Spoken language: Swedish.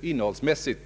innehållsmässigt.